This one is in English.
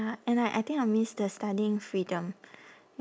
ya and like I think I'll miss the studying freedom you